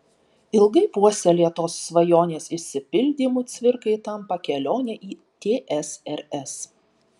ilgai puoselėtos svajonės išsipildymu cvirkai tampa kelionė į tsrs